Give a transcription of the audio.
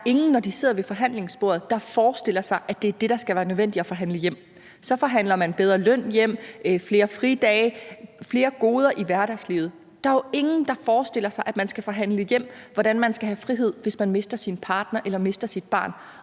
nogen, når de sidder ved forhandlingsbordet, der forestiller sig, at det er det, der skal være nødvendigt at forhandle hjem. Der forhandler man bedre løn hjem, flere fridage, flere goder i hverdagslivet. Der er jo ingen, der forestiller sig, at man skal forhandle hjem, hvordan man skal have frihed, hvis man mister sin partner eller mister sit barn,